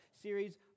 series